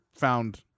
found